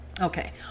Okay